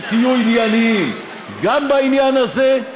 שתהיו ענייניים: גם בעניין הזה,